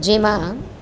જેમાં